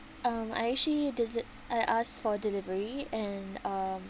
um I actually deli~ I ask for delivery and um